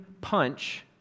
punch